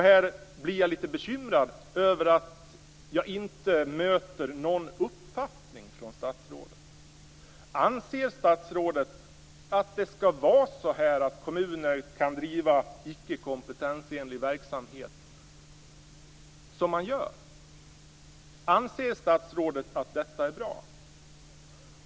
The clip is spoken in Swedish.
Jag blir litet bekymrad över att jag inte möter någon uppfattning från statsrådet. Anser statsrådet att kommuner skall kunna driva icke kompetensenlig verksamhet på det sätt som sker? Anser statsrådet att detta är bra?